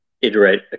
iterate